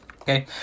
Okay